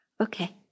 Okay